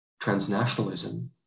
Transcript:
transnationalism